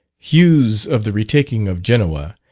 hue's of the retaking of genoa,